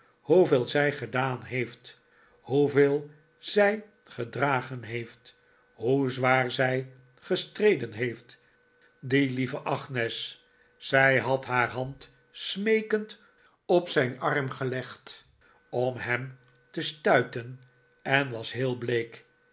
hoeveel zij gedaan heeft hoeveel zij gedragen heeft hoe zwaar zij gestreden heeft die lieve agnes zij had haar hand smeekend op zijn arm gelegd om hem te stuiten en was heel bleek